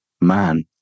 man